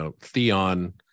Theon